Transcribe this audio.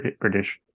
British